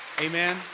Amen